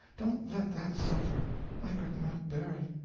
don't let that suffer i could not bear it.